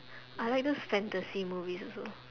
I like those fantasy movies also